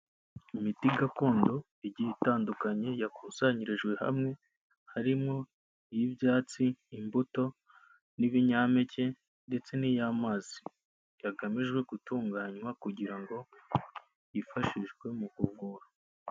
Imiti gakondo igiye itandukanye yakusanyirijwe hamwe harimo iy'ibyatsi, imbuto, n'ibinyampeke ndetse n'iy'amazi, yagamijwe gutunganywa kugira ngo yifashishwe mu kuvura.